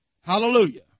Hallelujah